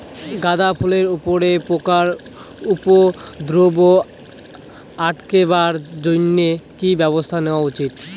গাঁদা ফুলের উপরে পোকার উপদ্রব আটকেবার জইন্যে কি ব্যবস্থা নেওয়া উচিৎ?